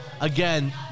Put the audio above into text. Again